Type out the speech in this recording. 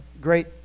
great